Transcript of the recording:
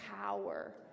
power